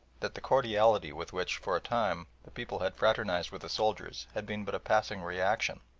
that the cordiality with which for a time the people had fraternised with the soldiers had been but a passing reaction,